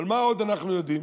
אבל מה עוד אנחנו יודעים?